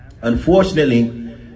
Unfortunately